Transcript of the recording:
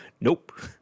Nope